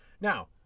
Now